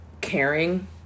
caring